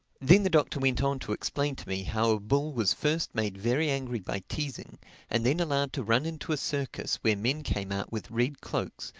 then the doctor went on to explain to me how a bull was first made very angry by teasing and then allowed to run into a circus where men came out with red cloaks,